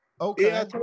Okay